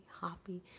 happy